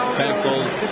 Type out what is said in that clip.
pencils